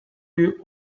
you